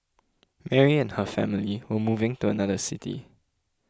Mary and her family were moving to another city